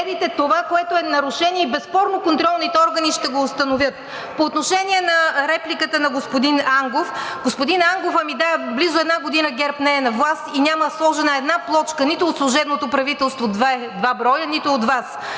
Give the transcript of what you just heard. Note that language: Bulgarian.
това, което е нарушение и безспорно контролните органи ще го установят. По отношение на репликата на господин Ангов. Господин Ангов, ами да, близо една година ГЕРБ не е на власт и няма сложена една плочка, нито от служебното правителство – два броя, нито от Вас.